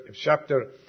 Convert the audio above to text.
chapter